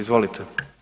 Izvolite.